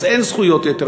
אז אין זכויות יתר,